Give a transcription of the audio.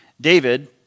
David